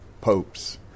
popes